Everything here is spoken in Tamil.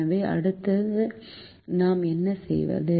எனவே அடுத்து நாம் என்ன செய்வது